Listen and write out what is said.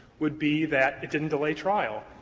would be that it didn't delay trial.